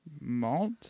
Malt